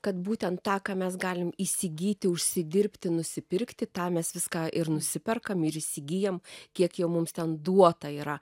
kad būtent tą ką mes galim įsigyti užsidirbti nusipirkti tą mes viską ir nusiperkam ir įsigyjam kiek jau mums ten duota yra